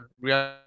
Real